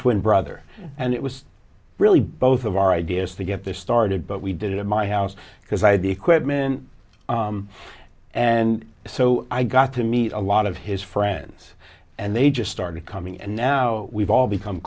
twin brother and it was really both of our ideas to get this started but we did it at my house because i had the equipment and so i got to meet a lot of his friends and they just started coming and now we've all become